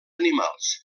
animals